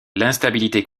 l’instabilité